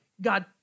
God